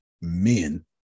men